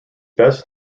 best